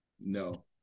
No